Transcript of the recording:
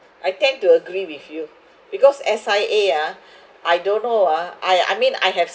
I tend to agree with you because S_I_A ah I don't know ah I I mean I have